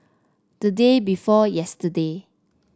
the day before yesterday